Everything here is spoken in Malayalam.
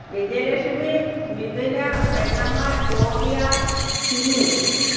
വിജയലക്ഷ്മി മിഥുന പെണ്ണമ്മ ജോബിയ ചിന്നു